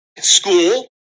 school